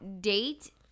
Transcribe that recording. date